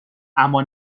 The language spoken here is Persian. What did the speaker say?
اما